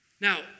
Now